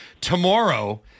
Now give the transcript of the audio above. Tomorrow